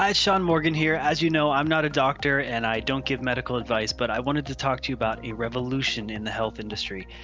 sean morgan here as you know, i'm not a doctor and i don't give medical advice but i wanted to talk to you about a revolution in the health industry.